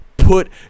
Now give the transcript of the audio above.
put